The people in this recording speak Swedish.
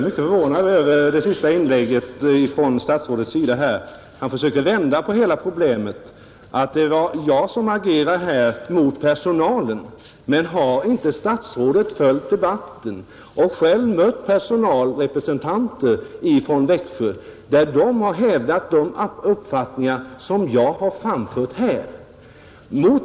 Herr talman! Jag är mycket förvånad över statsrådets senaste inlägg. Han försöker vända på hela problemet och framställa saken så att det är jag som agerar mot personalen. Men har inte statsrådet följt debatten och själv mött personalrepresentanter från Växjö som hävdat de uppfattningar jag har framfört här?